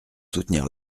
soutenir